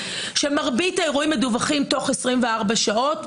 שמרבית האירועים מדווחים בתוך 24 שעות.